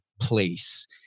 Place